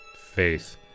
faith